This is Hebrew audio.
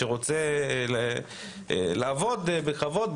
רוצה לעבוד בכבוד,